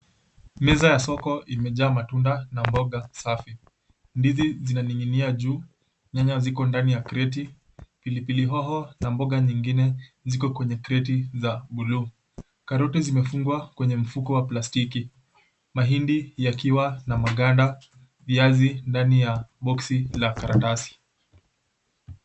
Meza ya soko imejaa matunda na mboga safi. Ndizi zinaning'inia juu. Nyanya ziko ndani ya kreti, pilipili oho na mboga nyingine ziko kwenye kreti za buluu. Karoti zimefungwa kwenye mfuko za plastiki. Mahindi yakiwa na maganda. Viazi ndani ya boksi la karatasi.